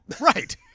Right